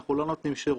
אנחנו לא נותנים שירות,